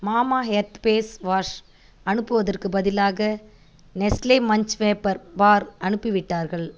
Mamaearth face wash அனுப்புவதற்கு பதிலாக Nestle Munch wafer bar அனுப்பிவிட்டார்கள்